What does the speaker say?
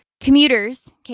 commuters